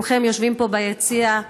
כולכם יושבים פה ביציע,